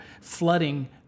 flooding